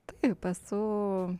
taip su